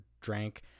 drank